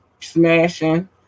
smashing